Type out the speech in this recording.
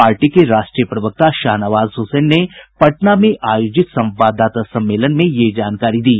party के राष्ट्रीय प्रवक्ता शाहनवाज हुसैन ने पटना में आयोजित संवाददाता सम्मेलन में यह जानकारी दी